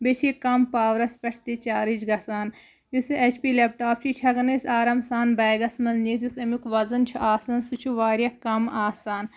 بیٚیہِ چھِ یہِ کَم پاورَس پٮ۪ٹھ تہِ چارٕج گژھان یُس یہِ ایچ پی لیپ ٹاپ چھُ یہِ چھِ ہیٚکان أسۍ آرام سان بیگَس منٛز نِتھ یُس اَمیُک وَزَن چھُ آسان سُہ چھِ واریاہ کَم آسان